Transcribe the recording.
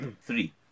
three